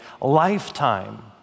lifetime